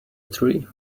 tree